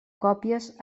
còpies